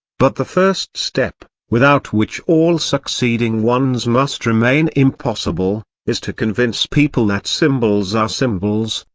but the first step, without which all succeeding ones must remain impossible, is to convince people that symbols are symbols,